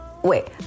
Wait